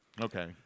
Okay